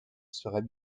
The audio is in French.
serait